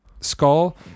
skull